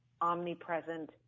omnipresent